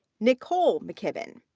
nicole mckibben.